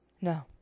No